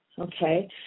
Okay